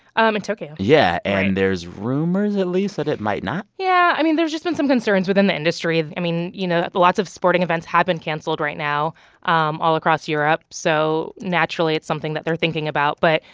um and tokyo yeah. and there's rumors, at least, that it might not yeah, i mean, there's just been some concerns within the industry. i mean, you know, lots of sporting events have been canceled right now um all across europe. so, naturally, it's something that they're thinking about. but,